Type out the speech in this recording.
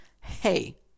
hey